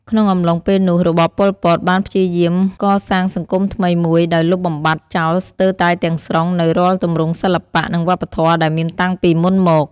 ក្នុងអំឡុងពេលនោះ របបប៉ុល ពត បានព្យាយាមកសាងសង្គមថ្មីមួយដោយលុបបំបាត់ចោលស្ទើរតែទាំងស្រុងនូវរាល់ទម្រង់សិល្បៈ និងវប្បធម៌ដែលមានតាំងពីមុនមក។